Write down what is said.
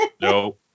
No